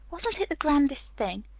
wasn't it the grandest thing?